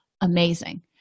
amazing